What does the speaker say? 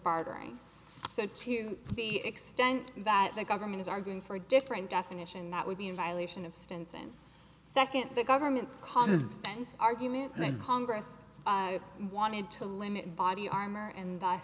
bartering so to be extent that the government is arguing for a different definition that would be a violation of stinson second the government's common sense argument that congress wanted to limit body armor and